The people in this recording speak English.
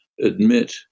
admit